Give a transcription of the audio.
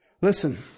Listen